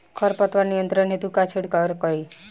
खर पतवार नियंत्रण हेतु का छिड़काव करी?